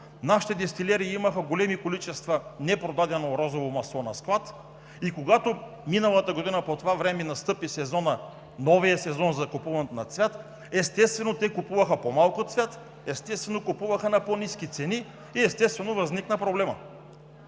Нашите дестилерии имаха големи количества непродадено розово масло на склад и когато миналата година по това време настъпи новият сезон за купуването на цвят, естествено те купуваха по-малко цвят, естествено купуваха на по-ниски цени и естествено възникна проблемът!